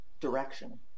direction